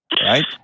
Right